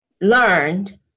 learned